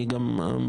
אני גם מבקש,